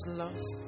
lost